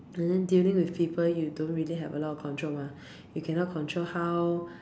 and then dealing with people you don't really have a lot of control mah you cannot control how